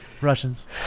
Russians